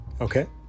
Okay